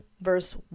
verse